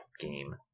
game